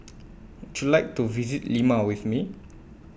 Would YOU like to visit Lima with Me